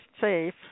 safe